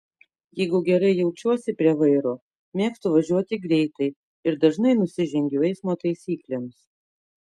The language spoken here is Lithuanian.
jeigu gerai jaučiuosi prie vairo mėgstu važiuoti greitai ir dažnai nusižengiu eismo taisyklėms